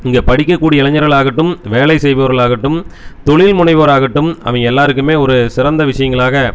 இங்க படிக்கக்கூடிய இளைஞர்களாகட்டும் வேலை செய்பவர்களாகட்டும் தொழில் முனைவோராகட்டும் அவங்க எல்லோருக்குமே ஒரு சிறந்த விஷயங்களாக